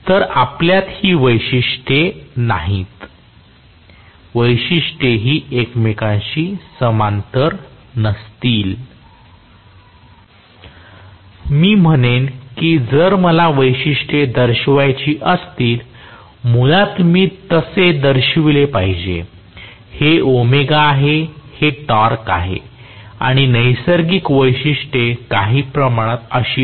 तर आपल्यात ही वैशिष्ट्य नाही वैशिष्ट्ये हि एकमेकांशी समांतर नसतील मी म्हणेन की जर मला वैशिष्ट्ये दर्शवायची असतील मुळात मी ते तसे दर्शविले पाहिजे हे ओमेगा आहे हे टॉर्क आहे आणि नैसर्गिक वैशिष्ट्ये काही प्रमाणात अशी आहेत